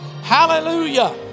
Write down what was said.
Hallelujah